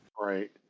Right